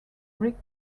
rick